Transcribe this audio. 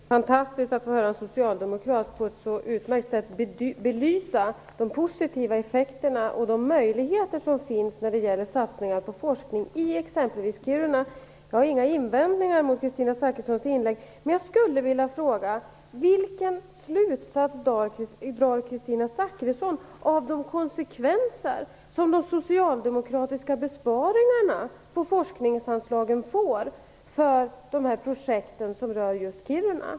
Herr talman! Det är ju fantastiskt att höra en socialdemokrat på ett så utmärkt sätt belysa de positiva effekterna och de möjligheter som finns när det gäller satsning på forskning i exempelvis Kiruna. Jag har inga invändningar mot Kristina Zakrissons inlägg, men jag skulle vilja fråga: Vilka slutsatser drar Kristina Zakrisson av de konsekvenser som de socialdemokratiska besparingarna på forskningsanslagen får för projekten som rör just Kiruna?